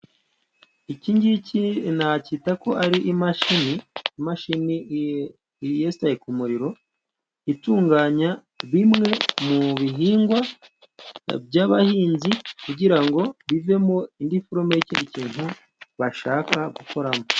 Iki ngiki nacyita ko ari imashini. Imashini yesitaye ku muririro itunganya bimwe mu bihingwa by'abahinzi, kugira ngo bivemo indi forome y'ikindi kintu bashaka gukoramo.